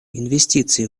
инвестиции